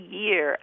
year